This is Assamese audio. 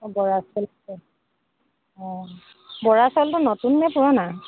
অঁ বৰা চাউল অঁ বৰা চাউলটো নতুন নে পুৰণা